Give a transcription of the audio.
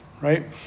Right